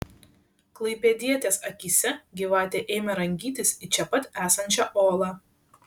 klaipėdietės akyse gyvatė ėmė rangytis į čia pat esančią olą